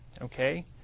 Okay